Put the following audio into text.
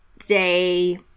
day